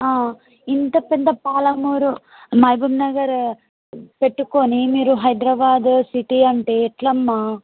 ఇంత పెద్ద పాలమూరు మహబూబ్నగర్ పెట్టుకొని మీరు హైదరాబాదు సిటీ అంటే ఎట్లమ్మా